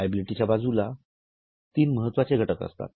liability च्या बाजूला तीन महत्वाचे घटकअसतात